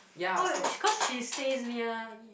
oh cause she stays near y~